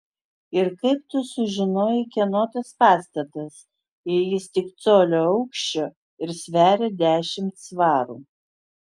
ir kaip tu sužinojai kieno tas pastatas jei jis tik colio aukščio ir sveria dešimt svarų